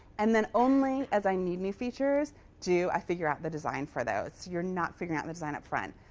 and then only as i need new features do i figure out the design for those. you're not figuring out and design upfront.